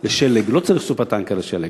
לשלג.